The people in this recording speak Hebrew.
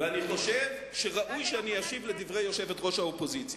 ואני חושב שראוי שאני אשיב על דברי יושבת-ראש האופוזיציה.